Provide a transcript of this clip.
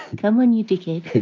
come on you dickhead.